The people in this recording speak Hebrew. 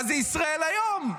מה זה ישראל היום,